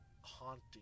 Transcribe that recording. haunting